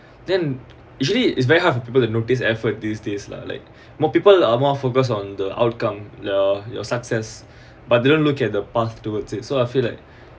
then usually it's very hard for people to notice effort these days lah like more people are more focused on the outcome your your success but didn't look at the path towards it so I feel like